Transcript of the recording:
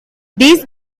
these